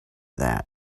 that